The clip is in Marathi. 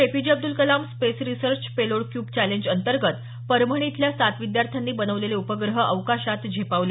APJ Abdul Kalam space research payload cube challenge अंतर्गत परभणी इथल्या सात विद्यार्थ्यांनी बनवलेले उपग्रह अवकाशात झेपावले